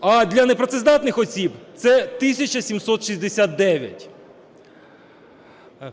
а для непрацездатних осіб – це 1 тисяча 769.